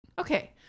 Okay